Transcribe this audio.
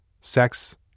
sex